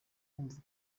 kumva